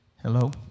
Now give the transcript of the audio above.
Hello